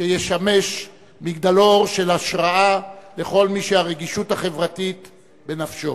שישמש מגדלור של השראה לכל מי שהרגישות החברתית בנפשו.